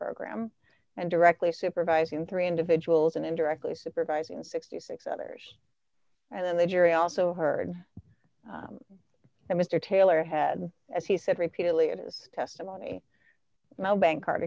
program and directly supervising three individuals and indirectly supervising sixty six others and then the jury also heard that mr taylor had as he said repeatedly in his testimony now bankcard